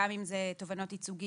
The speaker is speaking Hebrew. גם אם אלה תובענות ייצוגיות,